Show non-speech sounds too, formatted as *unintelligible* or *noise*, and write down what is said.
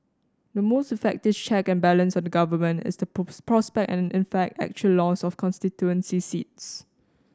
the most effective check and balance on the Government is the *unintelligible* prospect and in fact actual loss of constituency seats